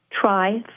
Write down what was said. Try